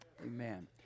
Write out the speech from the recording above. Amen